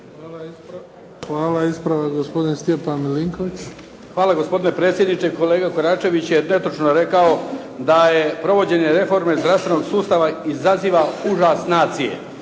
**Milinković, Stjepan (HDZ)** Hvala gospodine predsjedniče. Kolega Koračević je netočno rekao da provođenje reforme zdravstvenog sustava izaziva užas nacije.